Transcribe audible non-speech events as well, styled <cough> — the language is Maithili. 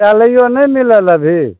<unintelligible> नहि मिलल अभी